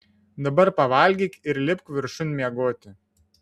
dabar pavalgyk ir lipk viršun miegoti